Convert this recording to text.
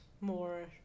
more